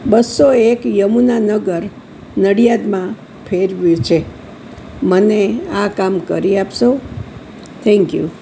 બસો એક યમુના નગર નડિયાદમાં ફેરવી છે મને આ કામ કરી આપશો થેન્ક યુ